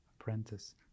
apprentice